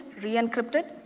re-encrypted